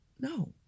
no